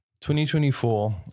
2024